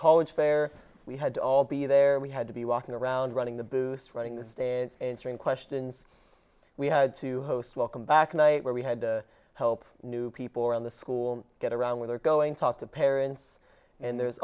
college fair we had to all be there we had to be walking around running the boost running the stands answering questions we had to host welcome back night where we had to help new people around the school get around where they're going talk to parents and there's